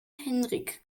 henrik